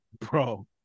Bro